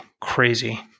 crazy